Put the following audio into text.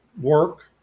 work